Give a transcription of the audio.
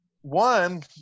One